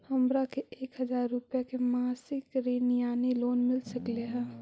हमरा के एक हजार रुपया के मासिक ऋण यानी लोन मिल सकली हे?